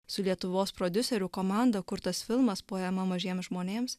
su lietuvos prodiuserių komanda kurtas filmas poema mažiems žmonėms